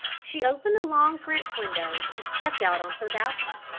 she opened the long french windows, and stepped out on to the balcony.